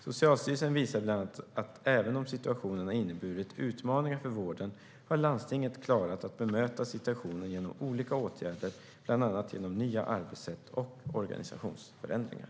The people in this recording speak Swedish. Socialstyrelsen visar bland annat att även om situationen har inneburit utmaningar för vården har landstingen klarat att bemöta situationen genom olika åtgärder, bland annat genom nya arbetssätt och organisationsförändringar.